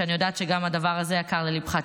אני יודעת שהדבר הזה יקר גם לליבך.